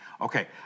Okay